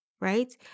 right